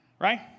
Right